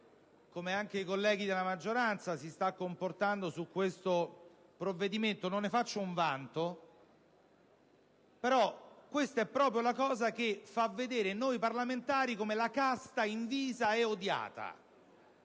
come anche i colleghi dell'opposizione si stanno comportando su questo provvedimento, non ne faccio un vanto - questa è proprio la cosa che fa vedere noi parlamentari come la «casta» invisa e odiata.